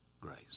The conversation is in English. Grace